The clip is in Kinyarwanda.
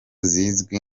zizwi